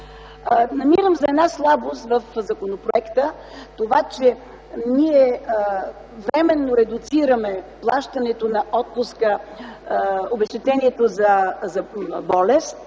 Намирам за слабост в законопроекта, че ние временно редуцираме плащането на отпуска, обезщетението за болест,